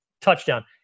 touchdown